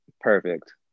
perfect